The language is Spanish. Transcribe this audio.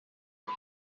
man